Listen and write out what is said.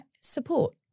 support